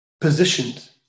positioned